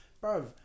Bro